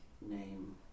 name